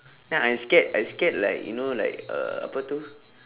then I scared I scared like you like uh apa itu